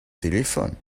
téléphone